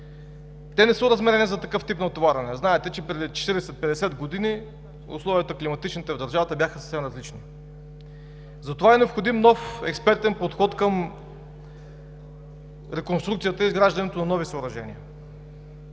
Те не са оразмерени за такъв тип натоварване. Знаете, че преди 40 – 50 години климатичните условия в държавата бяха съвсем различни. Затова е необходим нов експертен подход към реконструкцията и изграждането на нови съоръжения.